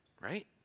Right